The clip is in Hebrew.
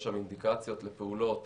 יש שם אינדיקציות לפעולות